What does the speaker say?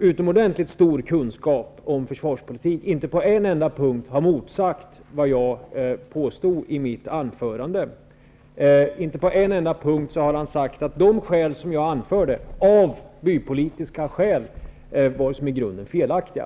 utomordentligt stor kunskap om försvarspolitik inte på någon enda punkt har motsagt vad jag påstod i mitt anförande. Inte på en enda punkt har han sagt att de skäl som jag anförde -- av bypolitisk natur -- var i grunden felaktiga.